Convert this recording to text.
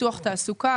פיתוח תעסוקה,